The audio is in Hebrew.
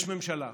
יש ממשלה,